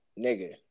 nigga